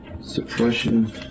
Suppression